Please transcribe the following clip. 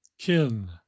Kin